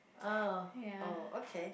oh oh okay